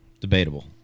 Debatable